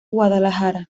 guadalajara